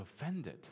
offended